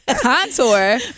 contour